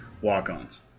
walk-ons